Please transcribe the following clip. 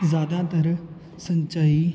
ਜ਼ਿਆਦਾਤਰ ਸਿੰਚਾਈ